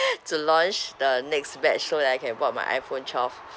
to launch the next batch so that I can bought my iphone twelve